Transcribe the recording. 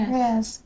yes